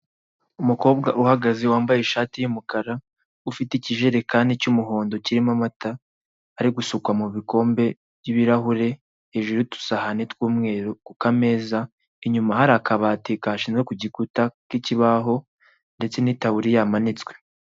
Umukobwa uhagaze wambaye ishati y'umukara ufite ikijerekani cy'umuhondo kirimo amata, ari gusukwa mu bikombe by'ibirahure hejuru y'udusahane tw'umweru kukameza, inyuma hari akabati gashinzwe kugikuta k'ikibaho ndetse n'itaburiya ihamanitswe.